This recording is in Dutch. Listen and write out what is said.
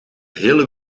hele